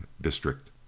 district